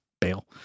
bail